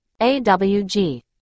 AWG